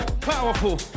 Powerful